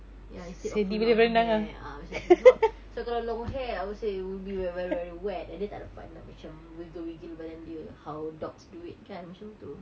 ya instead of long hair ah macam tu sebab so kalau long hair I would say it would be very very very wet and then tak dapat macam wiggle wiggle badan dia how dogs do it kan